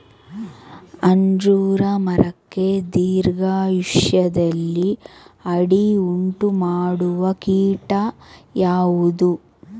ಅಂಜೂರ ಮರಕ್ಕೆ ದೀರ್ಘಾಯುಷ್ಯದಲ್ಲಿ ಅಡ್ಡಿ ಉಂಟು ಮಾಡುವ ಕೀಟ ಯಾವುದು?